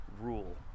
rule